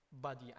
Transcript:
body